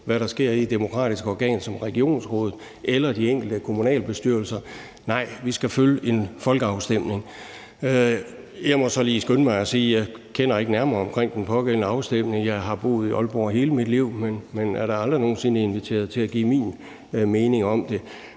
hvad der sker i et demokratisk organ som regionsrådet eller i de enkelte kommunalbestyrelser – nej, vi skal følge en folkeafstemning. Jeg må så lige skynde mig at sige, at jeg ikke kender nærmere til den pågældende afstemning. Jeg har boet i Aalborg hele mit liv, men jeg er da aldrig nogen sinde blevet inviteret til at give min mening om det.